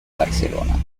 barcelona